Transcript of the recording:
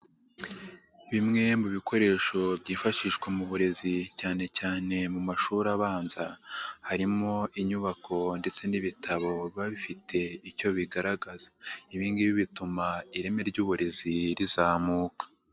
Bimwe mu bikoresho byifashishwa mu burezi cyane cyane mu mashuri abanza, harimo inyubako ndetse n'ibitabo biba bifite icyo bigaragaza, ibi ngibi bituma ireme ry'uburezi rizamuka.